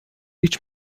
هیچ